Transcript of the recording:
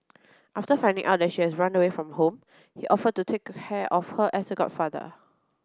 after finding out that she had run away from home he offered to take care of her as her godfather